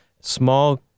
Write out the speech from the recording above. Small